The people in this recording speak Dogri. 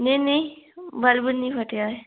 नेईं नेईं बल्ब निं फट्टेआ ऐ